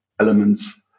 elements